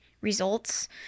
results